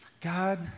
God